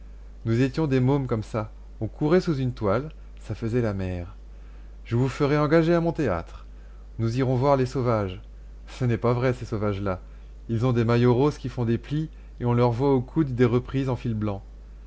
nous étions des mômes comme ça on courait sous une toile ça faisait la mer je vous ferai engager à mon théâtre nous irons voir les sauvages ce n'est pas vrai ces sauvages là ils ont des maillots roses qui font des plis et on leur voit aux coudes des reprises en fil blanc